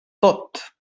tot